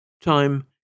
Time